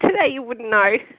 today you wouldn't know.